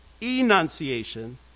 enunciation